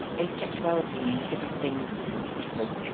asexuality means different things to different people.